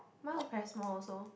mine very small also